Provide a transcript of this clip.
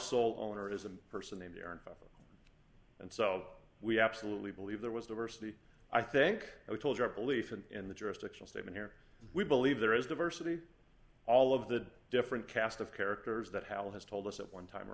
sole owner is a person a mere five and so we absolutely believe there was diversity i think we told our belief and in the jurisdictional statement here we believe there is diversity all of the different cast of characters that hal has told us at one time or